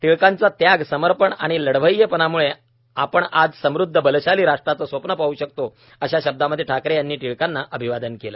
टिळकांच्या त्याग समर्पण आणि लढवय्येपणाम्ळे आपण आज समृद्ध बलशाली राष्ट्राचं स्वप्न पाहू शकतो अशा शब्दांमध्ये ठाकरे यांनी टिळकांना अभिवादन केलं